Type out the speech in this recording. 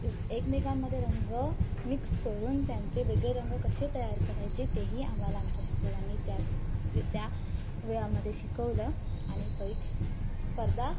एकमेकांमध्ये रंग मिक्स करून त्यांचे वेगळे रंग कशे तयार करायचे तेही आम्हाला आमच्या शिक्षकांनी त्या वे त्या वेळामध्ये शिकवलं आणि परिक्ष स्पर्धा